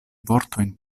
vortojn